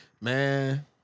Man